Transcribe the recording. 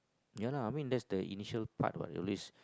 ya lah I mean that's the initial part what at least